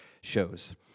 shows